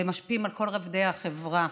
ומשפיעות על כל רבדי החברה.